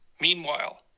Meanwhile